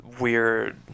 weird